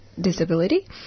Disability